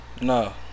No